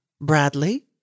Bradley